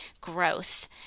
growth